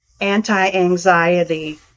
anti-anxiety